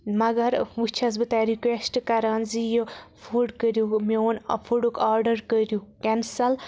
مگر وۄنۍ چھَس بہٕ تۄہہِ رِکوٮ۪سٹ کران زِ یہِ فُڈ کٔرِو ہُہ میون فُڈُک آرڈَر کٔرِو کٮ۪نسَل